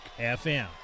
FM